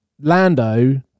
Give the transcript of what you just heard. lando